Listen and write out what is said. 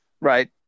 right